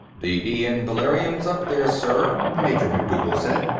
the d n beryllium up there, sir, major macdougal said.